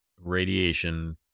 radiation